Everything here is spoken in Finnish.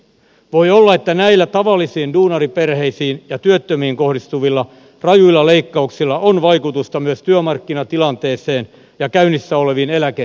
voi olla että näillä tavallisiin duunariperheisiin ja työttömiin kohdistuvilla rajuilla leikkauksilla on vaikutusta myös työmarkkinatilanteeseen ja käynnissä oleviin eläkeneuvotteluihin